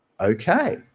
Okay